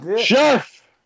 Chef